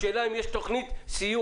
השאלה אם יש תוכנית סיוע.